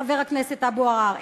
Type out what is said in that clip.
חבר הכנסת אבו עראר,